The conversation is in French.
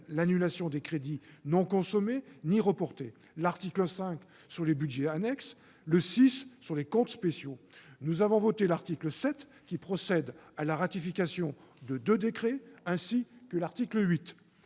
l'annulation des crédits non consommés ni reportés ; l'article 5 sur les budgets annexes ; l'article 6 sur les comptes spéciaux. Nous avons voté l'article 7, qui procède à la ratification de deux décrets, ainsi que l'article 8.